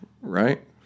right